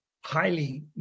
highly